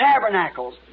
tabernacles